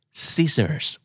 scissors